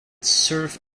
serve